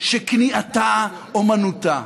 שכניעתה אומנותה,